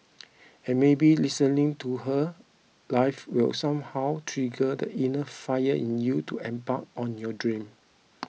and maybe listening to her live will somehow trigger the inner fire in you to embark on your dreams